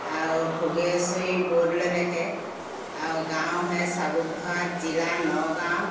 আৰু ভোগেশ্বৰী বৰদলৈ লিখে আৰু গাওঁ সেই চাবুকধৰাত জিলা নগাওঁ